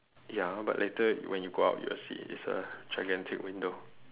ya but later when you go out you'll see it's a gigantic window